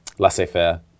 Laissez-faire